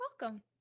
welcome